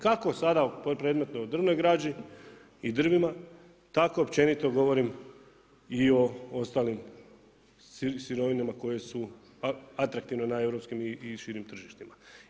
Kako sad, o kojem predmetu drvnoj građi i drvima, tako općenito govorim i o ostalim sirovinama, koje su atraktivno na europskim i širim tržištima.